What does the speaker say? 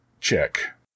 check